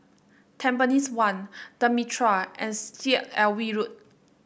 Tampines One The Mitraa and Syed Alwi Road